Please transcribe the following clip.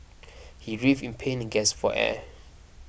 he writhed in pain and gasped for air